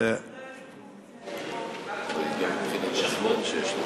איפה כל חברי הליכוד?